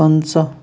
پنٛژاہ